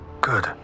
Good